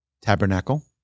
tabernacle